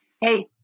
Hey